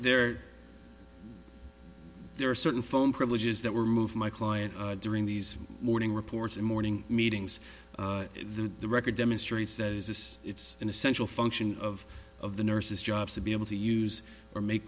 their there are certain phone privileges that were moved my client during these morning reports and morning meetings the record demonstrates that is this it's an essential function of of the nurses jobs to be able to use or make